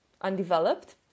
undeveloped